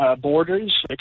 borders